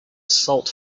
salt